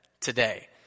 today